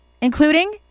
including